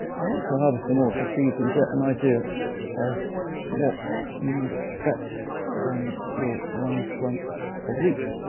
i want to harvest them all just so you can get an idea of what you might expect from your one clump of leeks.